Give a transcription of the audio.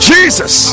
Jesus